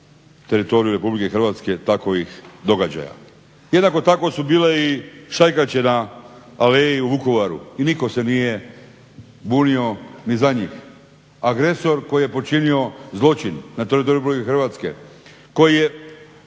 teritoriju RH takovih događaja. Jednako tako su bile i šajkače na Aleji u Vukovaru i nitko se nije bunio ni za njih. Agresor koji je počinio zločin na teritoriju RH, koji je